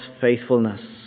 faithfulness